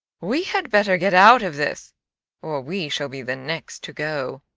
we had better get out of this or we shall be the next to go!